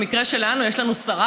במקרה שלנו יש לנו שרה,